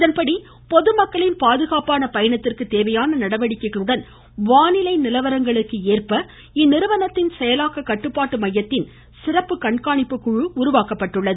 இதன்படி பொதுமக்களின் பாதுகாப்பான பயணத்திற்கு தேவையான நடவடிக்கைகளுடன் வானிலை நிலவரங்களுக்கு ஏற்ப இந்நிறுவனத்தின் செயலாக்க கட்டுப்பாட்டு மையத்தின் சிறப்பு கண்காணிப்புக்குழு உருவாக்கப்பட்டுள்ளது